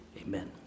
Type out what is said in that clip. amen